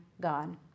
God